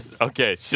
Okay